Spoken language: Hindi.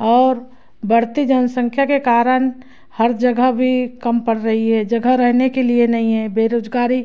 और बढ़ती जनसंख्या के कारण हर जगह भी कम पड़ रही है जगह रहने के लिए नहीं है बेरोज़गारी